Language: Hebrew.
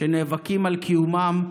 שנאבקים על קיומם,